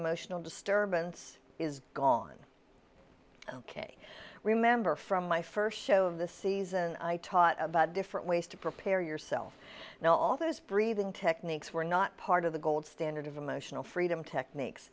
emotional disturbance is gone ok remember from my first show of the season i taught about different ways to prepare yourself now all those breathing techniques were not part of the gold standard of emotional freedom techniques